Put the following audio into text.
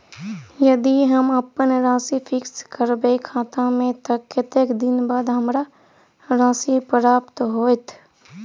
यदि हम अप्पन राशि फिक्स करबै खाता मे तऽ कत्तेक दिनक बाद हमरा राशि प्राप्त होइत?